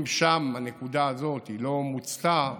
אם שם הנקודה הזאת לא מוצתה,